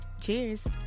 cheers